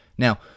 Now